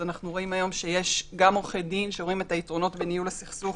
אז אנחנו רואים היום שיש גם עורכי דין שרואים את היתרונות בניהול הסכסוך